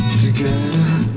together